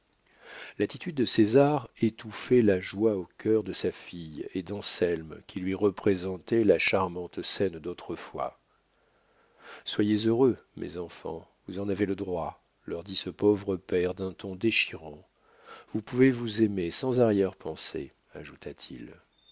l'attitude de césar étouffait la joie au cœur de sa fille et d'anselme qui lui représentaient la charmante scène d'autrefois soyez heureux mes enfants vous en avez le droit leur dit ce pauvre père d'un ton déchirant vous pouvez vous aimer sans arrière-pensée